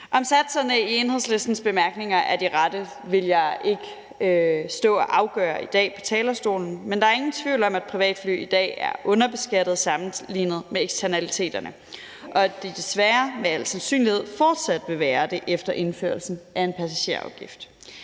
Om satserne i Enhedslistens bemærkninger er de rette, vil jeg ikke stå og afgøre i dag på talerstolen. Men der er ingen tvivl om, at privatfly i dag er underbeskattet sammenlignet med eksternaliteterne, og at de desværre med al sandsynlighed fortsat vil være det efter indførelsen af en passagerafgift.